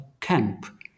camp